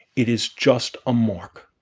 it is just a mark